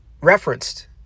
referenced